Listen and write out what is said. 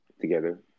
together